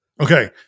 Okay